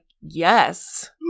yes